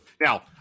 Now